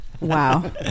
Wow